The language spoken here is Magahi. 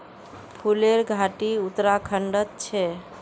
फूलेर घाटी उत्तराखंडत छे